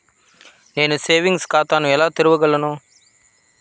నేను సేవింగ్స్ ఖాతాను ఎలా తెరవగలను?